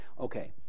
okay